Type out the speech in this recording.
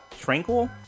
Tranquil